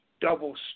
double